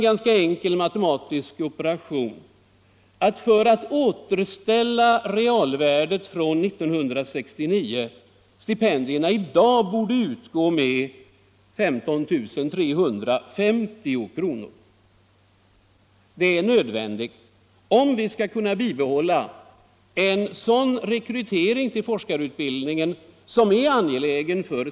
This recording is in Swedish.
En enkel matematisk operation visar att för att återställa realvärdet från 1969 borde stipendierna i dag utgå med 15 350 kr. Om vi skall kunna bibehålla en för samhället angelägen rekrytering till forskarutbildningen måste beloppet höjas.